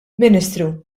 ministru